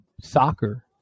soccer